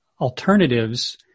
alternatives